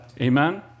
Amen